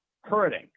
hurting